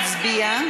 נא להצביע.